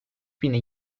bini